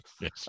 Yes